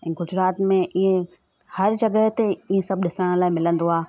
गुजरात में ईअं हर जॻह ते इहे सभु ॾिसण लाइ मिलंदो आहे